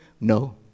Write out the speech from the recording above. No